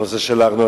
הנושא של הארנונה.